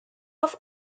off